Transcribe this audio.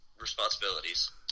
responsibilities